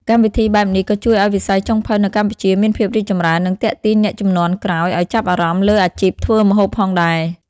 កម្មវិធីបែបនេះក៏ជួយឲ្យវិស័យចុងភៅនៅកម្ពុជាមានភាពរីកចម្រើន និងទាក់ទាញអ្នកជំនាន់ក្រោយឲ្យចាប់អារម្មណ៍លើអាជីពធ្វើម្ហូបផងដែរ។